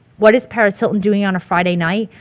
what is paris hilton doing on a friday night?